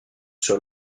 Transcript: sur